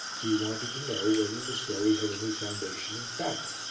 he wanted to know whether the story had any foundation in fact.